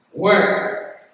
Work